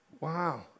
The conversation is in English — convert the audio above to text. wow